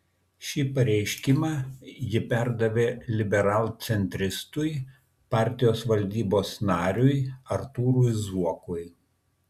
šį pareiškimą ji perdavė liberalcentristui partijos valdybos nariui artūrui zuokui